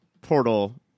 portal